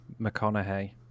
McConaughey